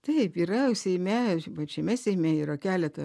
taip yra seime pačiame seime yra keleta